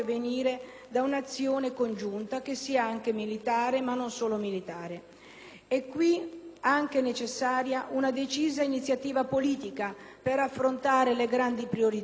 caso è altresì necessaria una decisa iniziativa politica per affrontare le grandi priorità che rendono insostenibili le condizioni di vita della popolazione locale.